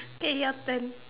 okay your turn